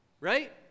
right